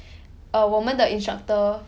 err 我们的 instructor